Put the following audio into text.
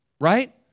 Right